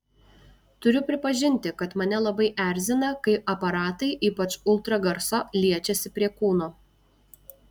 turiu pripažinti kad mane labai erzina kai aparatai ypač ultragarso liečiasi prie kūno